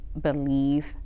believe